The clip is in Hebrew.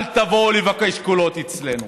אל תבואו לבקש קולות אצלנו.